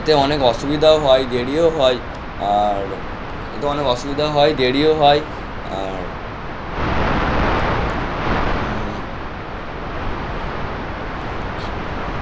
এতে অনেক অসুবিধাও হয় দেরিও হয় আর এতে অনেক অসুবিধা হয় দেরিও হয় আর আর কী বলবো